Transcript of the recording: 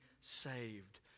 saved